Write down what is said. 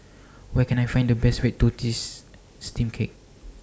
Where Can I Find The Best Red Tortoise Steamed Cake